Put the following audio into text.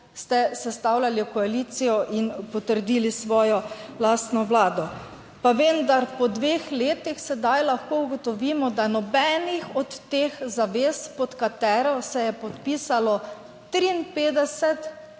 ste sestavljali koalicijo in potrdili svojo lastno vlado, pa vendar po dveh letih sedaj lahko ugotovimo, da nobenih od teh zavez, pod katero se je podpisalo 53